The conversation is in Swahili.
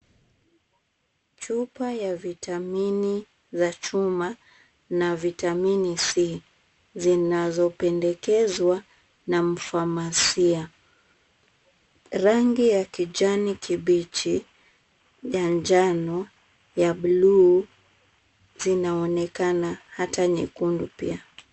Chupa ya vitamini za chuma na vitamini C zinazopendekezwa na mfamasia. Rangi ya kijani kibichi, ya njano, ya blue zinaonekana hata nyekundu pia.